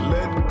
Let